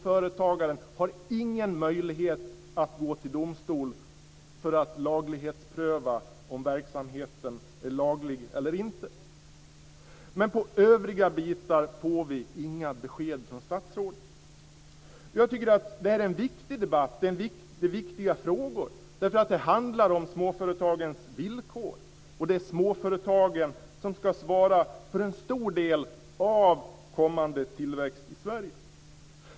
Företagaren har ingen möjlighet att gå till domstol och pröva om verksamheten är laglig eller inte. I övriga delar får vi inga besked från statsrådet. Jag tycker att detta är en viktig debatt. Det är viktiga frågor. Det handlar om småföretagens villkor, och det är småföretagen som ska svara för en stor del av den kommande tillväxten i Sverige.